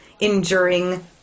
enduring